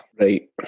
Right